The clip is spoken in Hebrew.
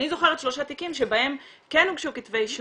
שלושה תיקים שבהם כן הוגשו תיקי אישום",